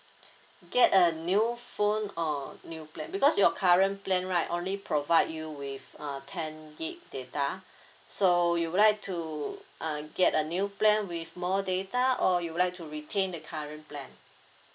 get a new phone or new plan because your current plan right only provide you with uh ten gig data so you would like to uh get a new plan with more data or you would like to retain the current plan